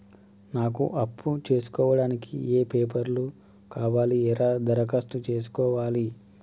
నాకు అప్పు తీసుకోవడానికి ఏ పేపర్లు కావాలి ఎలా దరఖాస్తు చేసుకోవాలి?